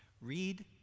Read